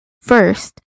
first